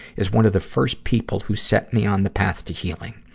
as one of the first people who set me on the path to healing.